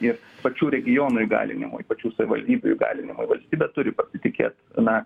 ir pačių regionų įgalinimui pačių savivaldybių įgalinimui valstybė turi pasitikėt na